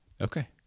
Okay